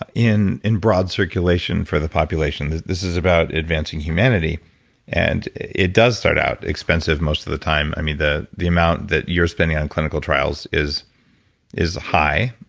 in in broad circulation for the population. this is about advancing humanity and it does start out expensive most of the time. i mean the the amount that you're spending on clinical trials is is high,